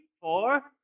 four